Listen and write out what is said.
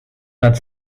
nad